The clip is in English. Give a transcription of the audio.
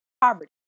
poverty